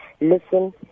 listen